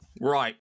Right